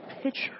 picture